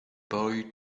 boy